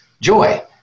joy